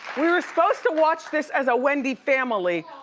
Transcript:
we were supposed to watch this as a wendy family.